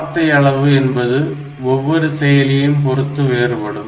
வார்த்தை அளவு என்பது ஒவ்வொரு செயலியையும் பொறுத்து வேறுபடும்